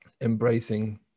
embracing